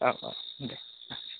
औ औ दे अ